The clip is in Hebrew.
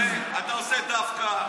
הרי אתה עושה דווקא,